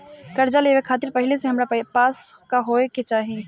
कर्जा लेवे खातिर पहिले से हमरा पास का होए के चाही?